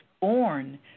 born